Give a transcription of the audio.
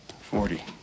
Forty